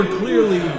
clearly